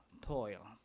Toil